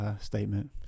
statement